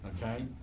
Okay